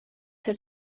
have